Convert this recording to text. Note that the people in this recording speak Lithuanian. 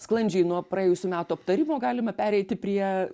sklandžiai nuo praėjusių metų aptarimo galime pereiti prie